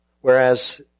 Whereas